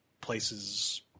places